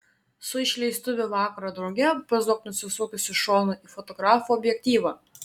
su išleistuvių vakaro drauge pozuok nusisukusi šonu į fotografo objektyvą